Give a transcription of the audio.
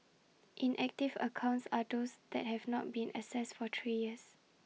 inactive accounts are those that have not been accessed for three years